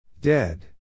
Dead